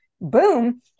boom